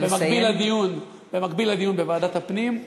במקביל לדיון בוועדת הפנים,